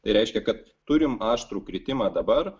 tai reiškia kad turim aštrų kritimą dabar